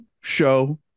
show